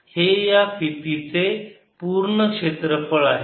हे या फितीचे पूर्ण क्षेत्रफळ आहे